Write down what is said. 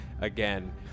again